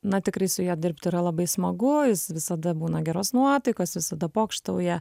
na tikrai su juo dirbt yra labai smagu jis visada būna geros nuotaikos visada pokštauja